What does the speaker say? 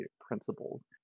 principles